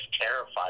terrified